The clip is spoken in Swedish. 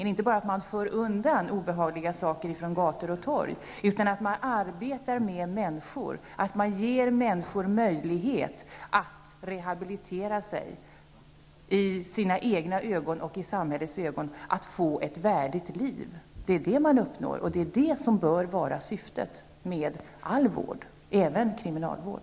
Det handlar alltså inte bara om att få bort obehagliga saker från gator och torg. Man arbetar med människor. Man ger människor möjligheter till rehabilitering, både i sina egna och i samhällets ögon, så att de kan få ett värdigt liv. Det är vad som uppnås här, och det bör vara syftet med all vård